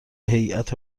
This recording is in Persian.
هیات